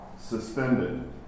suspended